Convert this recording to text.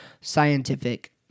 scientific